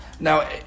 Now